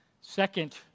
Second